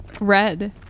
Red